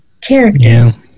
characters